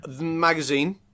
Magazine